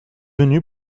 venu